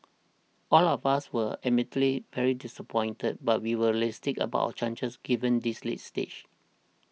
all of us were admittedly very disappointed but we were realistic about chances given this late stage